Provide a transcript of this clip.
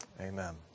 Amen